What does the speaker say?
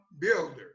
builder